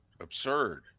absurd